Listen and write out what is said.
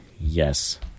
Yes